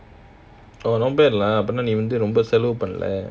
oh not bad lah அப்படினா நீ ரொம்ப செலவு பண்ணல:appdina nee romba selavu pannala